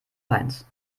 heinz